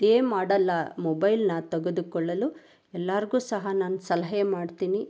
ಇದೇ ಮಾಡಲ್ ಮೊಬೈಲನ್ನು ತೆಗೆದುಕೊಳ್ಳಲು ಎಲ್ಲರ್ಗೂ ಸಹ ನಾನು ಸಲಹೆ ಮಾಡ್ತೀನಿ